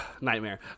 Nightmare